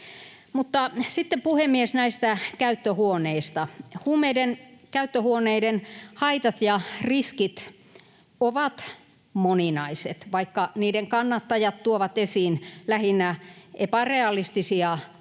sitten, puhemies, näistä käyttöhuoneista. Huumeiden käyttöhuoneiden haitat ja riskit ovat moninaiset, vaikka niiden kannattajat tuovat esiin lähinnä epärealistisia,